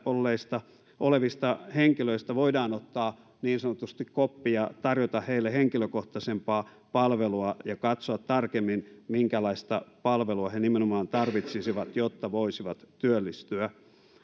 olleista henkilöistä voidaan ottaa niin sanotusti koppi ja tarjota heille henkilökohtaisempaa palvelua ja katsoa tarkemmin minkälaista palvelua he nimenomaan tarvitsisivat jotta voisivat työllistyä